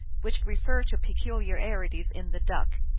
which refer to peculiarities in the duck.